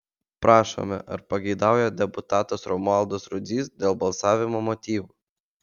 prašome ar pageidauja deputatas romualdas rudzys dėl balsavimo motyvų